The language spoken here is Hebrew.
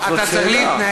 זאת שאלה.